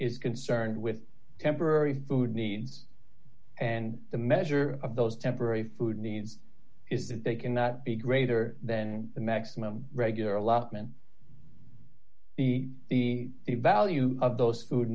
is concerned with temporary food needs and the measure of those temporary food needs is that they cannot be greater than the maximum regular allotment the the value of those food